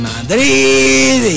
Madrid